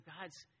God's